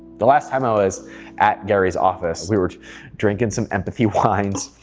the last time i was at gary's office, we were drinking some empathy wines,